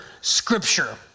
scripture